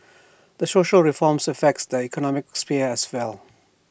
these social reforms affect the economic sphere as well